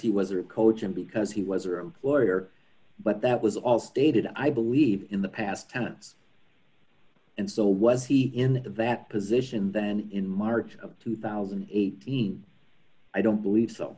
he was a coach and because he was or employer but that was all stated i believe in the past tense and so was he in the vet position then in march of two thousand and eighteen i don't believe so